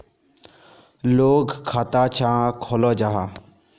लोग खाता चाँ खोलो जाहा?